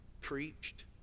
preached